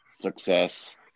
success